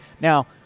Now